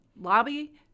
lobby